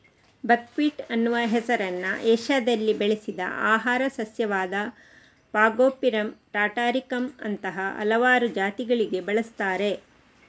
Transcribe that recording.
buckwheat ಅನ್ನುವ ಹೆಸರನ್ನ ಏಷ್ಯಾದಲ್ಲಿ ಬೆಳೆಸಿದ ಆಹಾರ ಸಸ್ಯವಾದ ಫಾಗೋಪಿರಮ್ ಟಾಟಾರಿಕಮ್ ಅಂತಹ ಹಲವಾರು ಜಾತಿಗಳಿಗೆ ಬಳಸ್ತಾರೆ